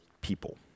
people